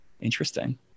Interesting